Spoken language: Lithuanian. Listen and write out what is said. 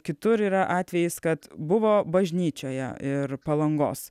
kitur yra atvejis kad buvo bažnyčioje ir palangos